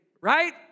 right